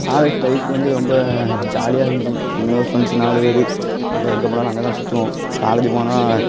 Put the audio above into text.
college life வந்து ரொம்ப ஜாலியாக இருந்துச்சி எனக்குனு ஒரு ஃப்ரெண்ட்ஸ்ஸு நாலு பேர் நாங்கள் எங்கே போனாலும் அங்கே தான் சுற்றுவோம் காலேஜு போனால்